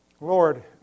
Lord